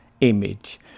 image